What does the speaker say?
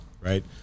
right